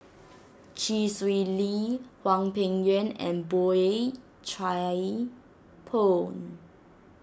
Chee Swee Lee Hwang Peng Yuan and Boey Chuan Poh